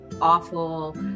awful